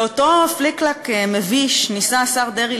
באותו פליק-פלאק מביש ניסה השר דרעי